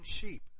sheep